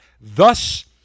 thus